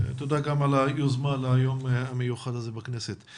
תודה גם על היוזמה של יום המיוחד הזה בכנסת.